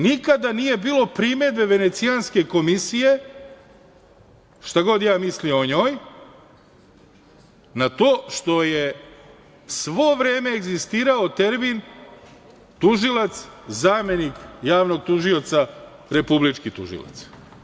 Nikada nije bilo primedbe Venecijanske komisije, šta god ja mislio o njoj, na to što je svo vreme egzistirao termin tužilac, zamenik javnog tužioca, republički tužilac.